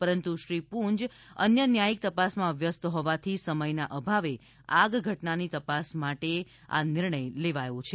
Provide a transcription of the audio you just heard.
પરંતુ શ્રી પૂંજ અન્ય ન્યાયીક તપાસમાં વ્યસ્ત હોવાથી સમયના અભાવે આગ ઘટનાની તપાસ માટે આ નિર્ણય લેવાયો છે